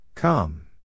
Come